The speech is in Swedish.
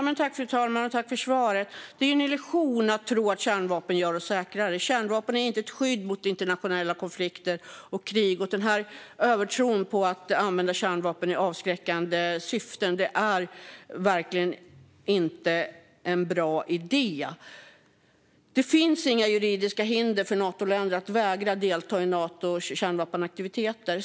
Herr talman! Jag tackar för svaret. Det är en illusion att tro att kärnvapen gör oss säkrare. Kärnvapen är inte ett skydd mot internationella konflikter och krig. Den här övertron på att använda kärnvapen i avskräckande syfte är verkligen inte en bra idé. Det finns inga juridiska hinder för Natoländer att vägra delta i Natos kärnvapenaktiviteter.